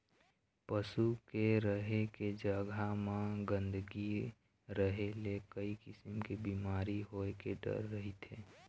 पशु के रहें के जघा म गंदगी रहे ले कइ किसम के बिमारी होए के डर रहिथे